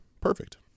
perfect